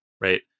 right